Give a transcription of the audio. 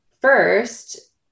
first